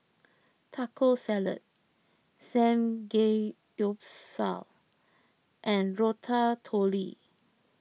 Taco Salad Samgeyopsal and Ratatouille